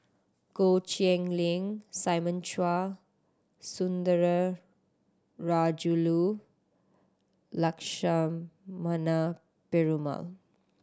Goh Cheng Liang Simon Chua Sundara Rajulu Lakshmana Perumal